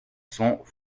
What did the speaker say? cents